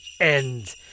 end